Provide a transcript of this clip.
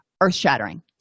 Earth-shattering